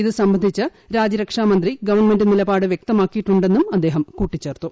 ഇത് സംബന്ധിച്ച് രാജ്യരക്ഷാമന്ത്രി ഗവൺമെന്റ് നിലപാട് വ്യക്തമാക്കിയിട്ടുണ്ടെന്നും അദ്ദേഹം കൂട്ടിച്ചേർത്തു